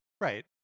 Right